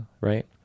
right